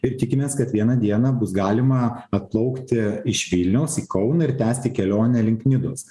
ir tikimės kad vieną dieną bus galima atplaukti iš vilniaus į kauną ir tęsti kelionę link nidos